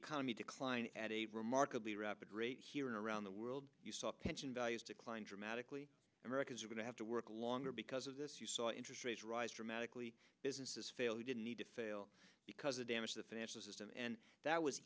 economy decline at a remarkably rapid rate here and around the world you saw pension values decline dramatically americans are going to have to work longer because of this you saw interest rates rise dramatically businesses fail he didn't need to fail because the damage to the financial system and that was